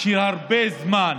שהרבה זמן,